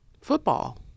football